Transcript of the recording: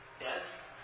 Yes